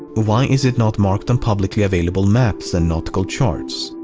why is it not marked on publicly available maps and nautical charts?